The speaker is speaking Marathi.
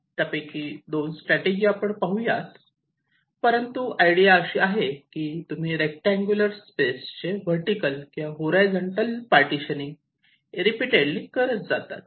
त्यापैकी दोन स्ट्रॅटजी आपण पाहू परंतु आयडिया अशी आहे की तुम्ही रेक्टांगल्स स्पेस चे वर्टीकल किंवा होरायझॉन्टल पार्टीशनिंग रिपीटेडली करत जातात